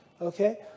okay